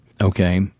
Okay